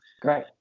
Great